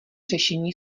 řešení